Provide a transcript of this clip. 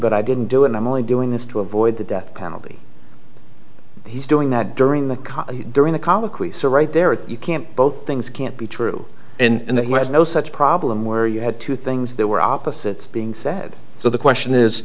but i didn't do and i'm only doing this to avoid the death penalty he's doing that during the during the colloquy so right there you can't both things can't be true and they had no such problem where you had two things that were opposites being said so the question is